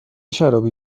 شرابی